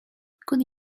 could